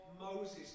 Moses